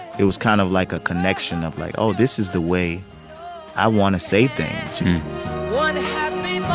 it was kind of like a connection of like, oh, this is the way i want to say things one happy